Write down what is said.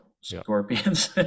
scorpions